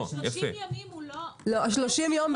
אז ב-30 ימים --- 30 יום,